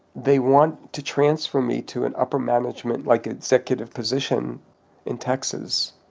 they want to transfer me to an upper management, like executive, position in texas.